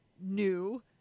new